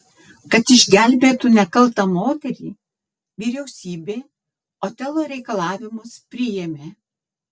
kad išgelbėtų nekaltą moterį vyriausybė otelo reikalavimus priėmė